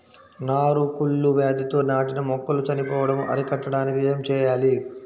నారు కుళ్ళు వ్యాధితో నాటిన మొక్కలు చనిపోవడం అరికట్టడానికి ఏమి చేయాలి?